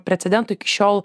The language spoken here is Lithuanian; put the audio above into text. precedento iki šiol